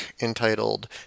entitled